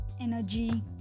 Energy